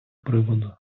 приводу